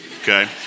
okay